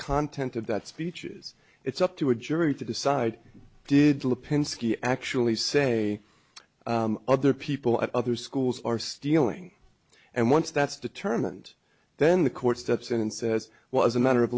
content of that speech is it's up to a jury to decide did lipinski actually say other people at other schools are stealing and once that's determined then the court steps in and says well as a matter of